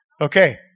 Okay